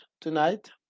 tonight